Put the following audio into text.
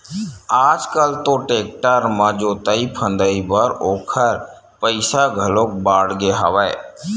आज कल तो टेक्टर म जोतई फंदई बर ओखर पइसा घलो बाड़गे हवय